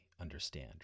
understand